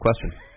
question